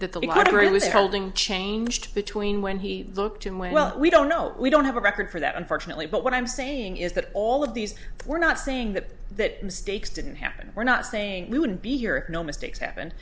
that the lottery was holding changed between when he looked in well we don't know we don't have a record for that unfortunately but what i'm saying is that all of these we're not saying that that mistakes didn't happen we're not saying we wouldn't be here no mistakes ha